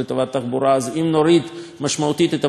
אז אם נוריד משמעותית את המרכיב התחבורתי,